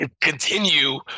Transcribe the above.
continue